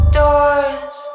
doors